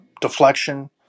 deflection